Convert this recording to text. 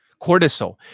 cortisol